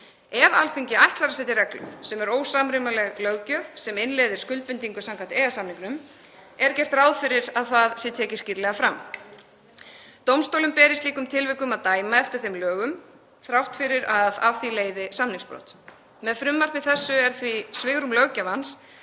Ef Alþingi ætlar að setja reglu sem er ósamrýmanleg löggjöf sem innleiðir skuldbindingu samkvæmt EES-samningnum er gert ráð fyrir að það sé tekið skýrlega fram. Dómstólum ber í slíkum tilvikum að dæma eftir þeim lögum þrátt fyrir að af því leiði samningsbrot. Með frumvarpi þessu er því svigrúm löggjafans